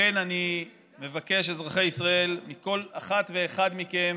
לכן אני מבקש, אזרחי ישראל, מכל אחת ואחד מכם,